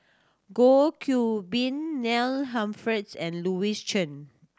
Goh Qiu Bin Neil Humphreys and Louis Chen